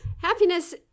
Happiness